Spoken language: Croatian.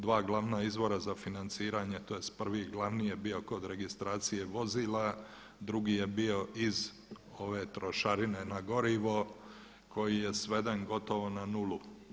Dva glavna izvora za financiranje, tj. prvi glavni je bio kod registracije vozila, drugi je bio iz ove trošarine na gorivo koji je sveden gotovo na nulu.